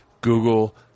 Google